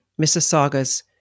Mississaugas